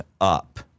up